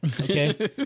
Okay